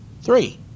Three